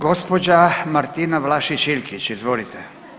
Gospođa Martina Vlašić Iljkić, izvolite.